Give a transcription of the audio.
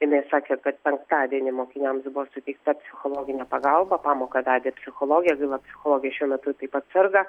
jinai sakė kad penktadienį mokiniams buvo suteikta psichologinė pagalba pamoką vedė psichologė gaila psichologė šiuo metu taip pat serga